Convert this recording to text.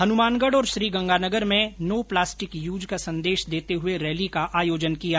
हनुमानगढ और श्रीगंगानगर में no plastic use का संदेश देते हुए रैली का आयोजन किया गया